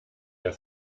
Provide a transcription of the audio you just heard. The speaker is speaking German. der